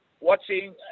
watching